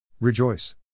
Rejoice